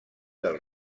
del